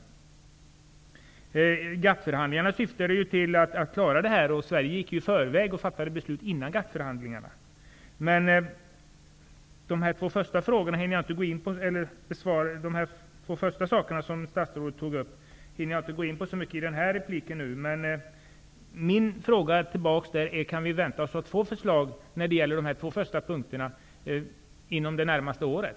GATT-förhandlingarna syftade till att klara detta. Sverige gick i förväg och fattade beslut innan GATT-förhandlingarna var avslutade. De två första sakerna som statsrådet tog upp hinner jag inte gå in på i den här repliken. Min fråga är: Kan vi vänta oss att få förslag beträffande de två första punkterna inom det närmaste året?